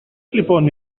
λοιπόν